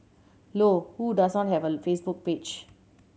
Low who does not have a Facebook page